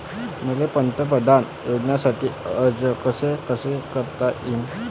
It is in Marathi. मले पंतप्रधान योजनेसाठी अर्ज कसा कसा करता येईन?